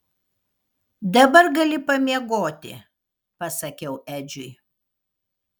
dabar gali pamiegoti pasakiau edžiui